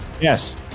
Yes